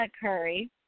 Curry